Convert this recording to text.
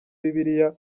bibiliya